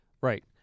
Right